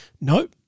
Nope